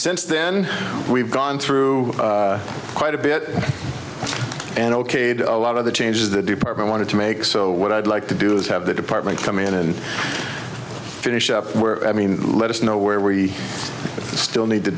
since then we've gone through quite a bit and okayed a lot of the changes the department wanted to make so what i'd like to do is have the department come in and finish up work i mean let us know where we still need to